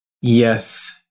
Yes